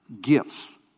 gifts